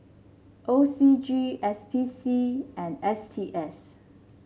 O C G S P C and S T S